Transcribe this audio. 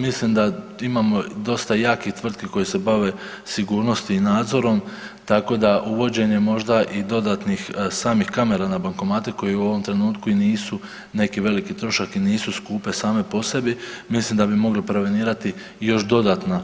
Mislim da imamo dosta jakih tvrtki koji se bave sigurnosti i nadzorom tako da uvođenje možda i dodatnih samih kamera na bankomate koji u ovom trenutku i nisu neki veliki trošak i nisu skupe same po sebi, mislim da bi mogli prevenirati još dodatno